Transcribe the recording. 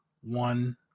one